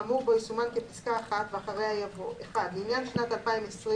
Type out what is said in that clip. האמור בו יסומן כפסקה ״(1)״ ואחריה יבוא: ״(2) לעניין שנת 2020,